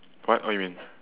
what what you mean